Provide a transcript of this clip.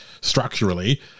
structurally